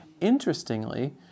Interestingly